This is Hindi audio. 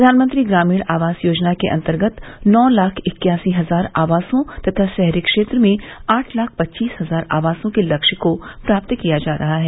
प्रधानमंत्री ग्रामीण आवास योजना के अन्तर्गत नौ लाख इक्यासी हजार आवासों तथा शहरी क्षेत्र में आठ लाख पच्चीस हजार आवासों के लक्ष्य को प्राप्त किया जा रहा है